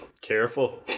Careful